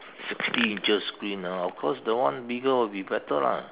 sixty inches screen ah of course the one bigger will be better lah